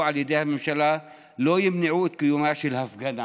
על ידי הממשלה לא ימנעו את קיומה של הפגנה,